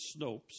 Snopes